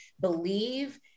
believe